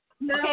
No